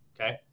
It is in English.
okay